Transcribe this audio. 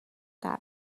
tab